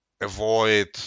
avoid